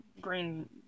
green